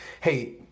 Hey